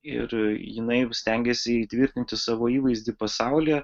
ir jinai stengiasi įtvirtinti savo įvaizdį pasaulyje